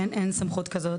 אין סמכות כזאת,